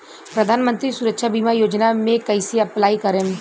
प्रधानमंत्री सुरक्षा बीमा योजना मे कैसे अप्लाई करेम?